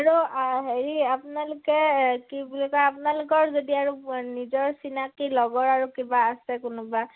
আৰু হেৰি আপোনালোকে কি বুলি কয় আপোনালোকৰ যদি আৰু নিজৰ চিনাকী লগৰ আৰু কিবা আছে কোনোবা